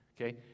okay